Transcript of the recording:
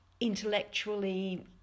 intellectually